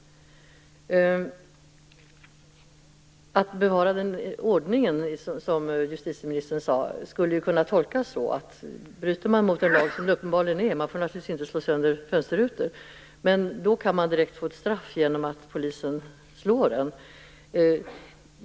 Att bevara ordningen, som justitieministern sade, skulle kunna tolkas så. Bryter man mot en lag, som det helt uppenbart är, man får naturligtvis inte slå sönder fönsterrutor, kan man direkt få ett straff genom att polisen slår en.